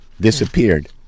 disappeared